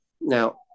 Now